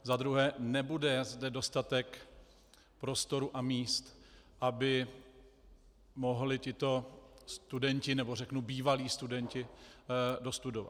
Za druhé, nebude zde dostatek prostoru a míst, aby mohli tito studenti, nebo řeknu bývalí studenti, dostudovat.